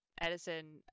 Edison